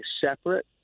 separate